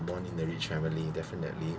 born in a rich family definitely